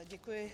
Děkuji.